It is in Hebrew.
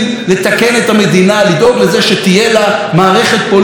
לדאוג לזה שתהיה לה מערכת פוליטית שהיא טובה,